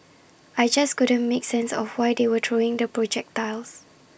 I just couldn't make sense of why they were throwing the projectiles